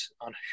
on